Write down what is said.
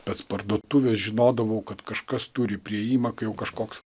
spec parduotuvės žinodavau kad kažkas turi priėjimą kai jau kažkoks